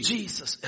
Jesus